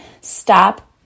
stop